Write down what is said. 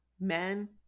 Men